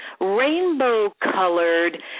rainbow-colored